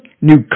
new